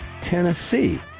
Tennessee